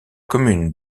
commune